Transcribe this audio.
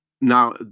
Now